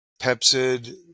Pepsid